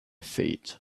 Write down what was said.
feet